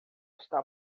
está